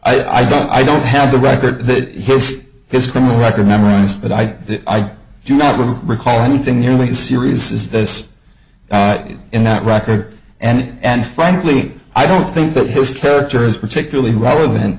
i don't i don't have the record that has his criminal record memories but i do not recall anything nearly as serious as this in that record and frankly i don't think that his character is particularly relevant